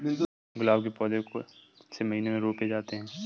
गुलाब के पौधे कौन से महीने में रोपे जाते हैं?